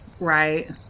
Right